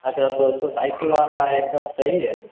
अच्छा तो उसका साइज़ आता है एक दम सही है